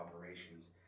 operations